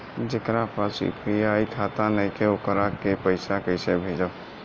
जेकरा पास यू.पी.आई खाता नाईखे वोकरा के पईसा कईसे भेजब?